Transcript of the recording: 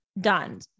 done